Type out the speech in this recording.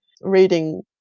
reading